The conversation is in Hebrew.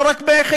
לא רק בחיפה,